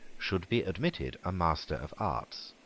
should be admitted a master of arts.